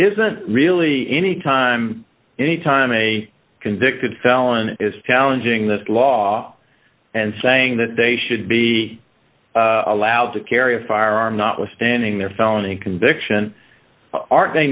isn't really any time any time a convicted felon is talon ging this law and saying that they should be allowed to carry a firearm notwithstanding their felony conviction aren't they